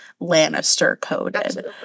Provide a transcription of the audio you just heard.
Lannister-coded